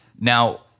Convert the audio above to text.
Now